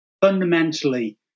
fundamentally